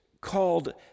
called